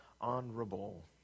honorable